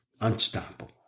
Unstoppable